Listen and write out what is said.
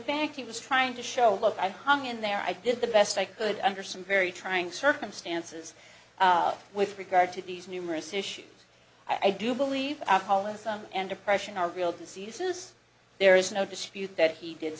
fact he was trying to show look i'm hung in there i did the best i could under some very trying circumstances with regard to these numerous issues i do believe alcoholism and depression are real diseases there is no dispute that he did